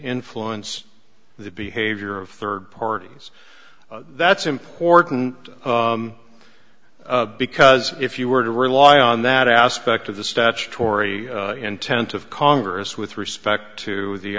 influence the behavior of third parties that's important because if you were to rely on that aspect of the statutory intent of congress with respect to the